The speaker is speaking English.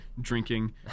drinking